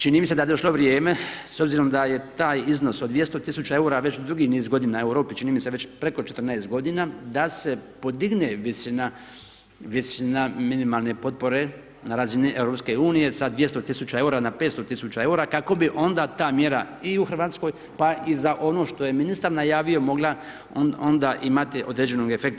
Čini mi se da je došlo vrijeme, s obzirom da je taj iznos od 200 tisuća eura već dugi niz godina u Europi čini mi se već preko 14 godina da se podigne visina minimalne potpore na razini EU sa 200 tisuća eura na 500 tisuća eura kako bi onda ta mjera i u Hrvatskoj pa i za ono što je ministar najavio mogla onda imati određenog efekta.